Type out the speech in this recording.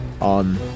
on